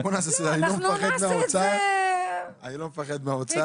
בוא נעשה סדר, אני לא מפחד מהאוצר.